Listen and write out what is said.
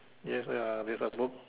yes like uh there's a book